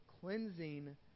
cleansing